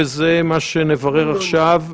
וזה מה שנברר עכשיו,